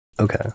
Okay